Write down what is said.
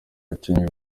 bakinnyi